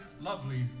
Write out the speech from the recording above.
lovely